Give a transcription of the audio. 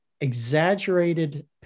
exaggerated